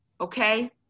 okay